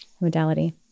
modality